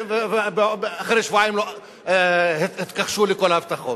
ואחרי שבועיים התכחשו לכל ההבטחות.